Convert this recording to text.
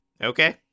Okay